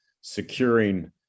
securing